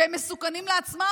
והם מסוכנים לעצמם?